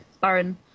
baron